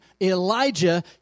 Elijah